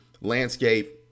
landscape